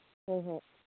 ꯍꯣꯍꯣ